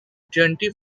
twenty